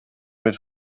mit